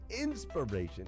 inspiration